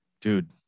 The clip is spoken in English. Dude